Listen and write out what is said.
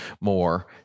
more